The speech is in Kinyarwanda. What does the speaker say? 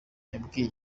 yabwiye